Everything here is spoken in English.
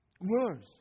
Words